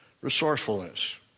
Resourcefulness